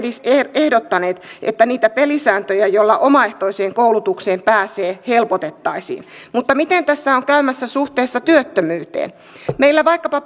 ehdottaneet että niitä pelisääntöjä joilla omaehtoiseen koulutukseen pääsee helpotettaisiin mutta miten tässä on käymässä suhteessa työttömyyteen meillä vaikkapa